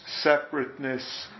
separateness